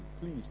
please